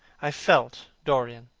i felt, dorian,